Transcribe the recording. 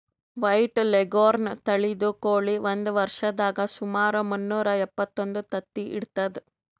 white leghorn ತಳಿದ್ ಕೋಳಿ ಒಂದ್ ವರ್ಷದಾಗ್ ಸುಮಾರ್ ಮುನ್ನೂರಾ ಎಪ್ಪತ್ತೊಂದು ತತ್ತಿ ಇಡ್ತದ್